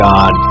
God